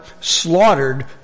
slaughtered